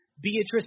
Beatrice